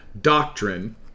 doctrine